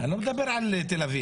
אני לא מדבר על תל-אביב.